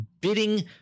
bidding